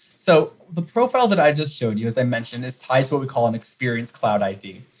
so the profile that i just showed you, as i mentioned, is title we call an experience cloud id.